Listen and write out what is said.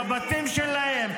בבתים שלהם.